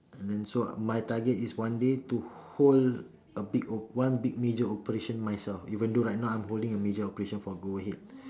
and then so my target is one day to hold a big one big major operation myself even though right now I am holding a major operation for go ahead